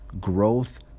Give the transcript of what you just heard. growth